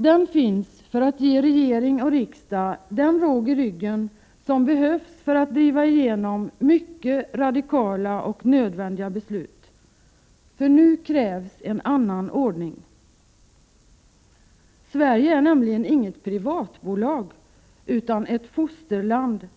Den finns för att ge regering och riksdag den råg i ryggen som behövs för att man skall kunna driva igenom mycket radikala och nödvändiga beslut. Nu krävs en annan ordning. Sverige är nämligen inget privatbolag utan ett fosterland,